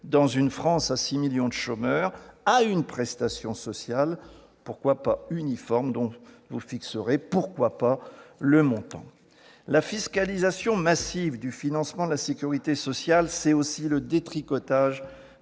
dans une France à 6 millions de chômeurs, à une prestation sociale uniforme- pourquoi pas ?-, dont vous fixerez- pourquoi pas ? -le montant. La fiscalisation massive du financement de la sécurité sociale, c'est aussi le détricotage